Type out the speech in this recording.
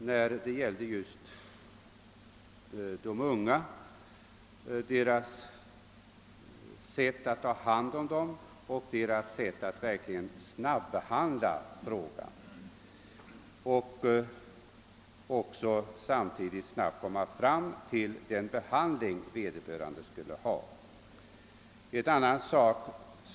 Jag behöver bara peka på de metoder man tillämpar för att ta hand om de unga och verkligen snabbt ge den behandling som behövs.